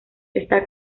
está